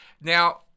Now